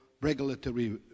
regulatory